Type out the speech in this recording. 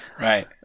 Right